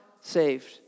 saved